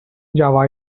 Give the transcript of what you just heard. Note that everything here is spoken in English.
java